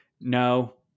no